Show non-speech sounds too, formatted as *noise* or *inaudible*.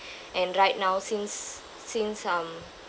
*breath* and right now since since I'm